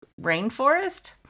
rainforest